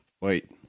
Wait